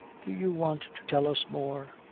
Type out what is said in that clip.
do you want to tell us more?